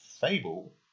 Fable